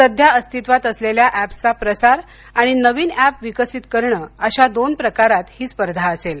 सध्या अस्तित्वात असलेल्या ऍप्सचा प्रसार आणि नवीन ऍप विकसित करणं अशा दोन प्रकारात ही स्पर्धा असेल